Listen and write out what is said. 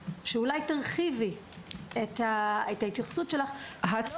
אולי תרחיבי את ההתייחסות שלך לא רק למשרד החינוך.